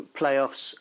playoffs